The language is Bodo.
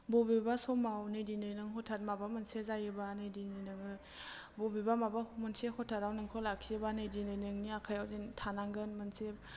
बबेबा समाव नै दिनै नों हथाद माबा मोनसे जायोबा नै दिनै नोङो बबेबा माबा मोनसे हथाराव नोंखौ लाखियोबा नै दिनै नोंनि आखायाव जेन थानांगोन मोनसे